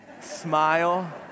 smile